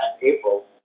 April